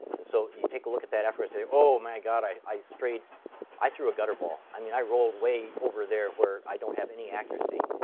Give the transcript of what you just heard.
and so you take a look at that afterwards say, oh, my god. i i strayed i threw a gutterball. i mean, i rolled way over there, where i don't have any accuracy.